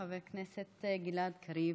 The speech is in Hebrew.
חבר הכנסת גלעד קריב,